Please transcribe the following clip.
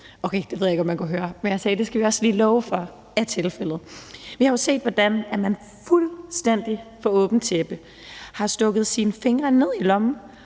De ejes af bankerne, og de skal aflønnes, og det skal vi også lige love for er tilfældet. Vi har jo set, hvordan man fuldstændig for åbent tæppe har stukket sine fingre ned i lommen